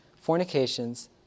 fornications